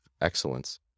excellence